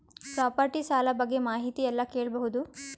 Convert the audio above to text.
Property ಸಾಲ ಬಗ್ಗೆ ಮಾಹಿತಿ ಎಲ್ಲ ಕೇಳಬಹುದು?